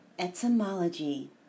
Etymology